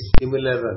similar